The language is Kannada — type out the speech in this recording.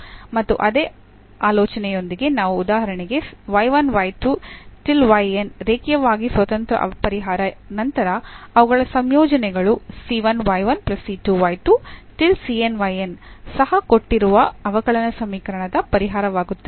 ಮತ್ತು ಅದೇ ಆಲೋಚನೆಯೊಂದಿಗೆ ನಾವು ಉದಾಹರಣೆಗೆ ರೇಖೀಯವಾಗಿ ಸ್ವತಂತ್ರ ಪರಿಹಾರ ನಂತರ ಅವುಗಳ ಸಂಯೋಜನೆಗಳು ಸಹ ಕೊಟ್ಟಿರುವ ಅವಕಲನ ಸಮೀಕರಣದ ಪರಿಹಾರವಾಗಿರುತ್ತದೆ